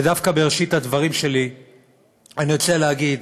ודווקא בראשית הדברים שלי אני רוצה להגיד,